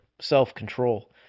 self-control